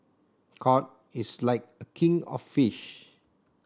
cod is like a king of fish